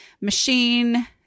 machine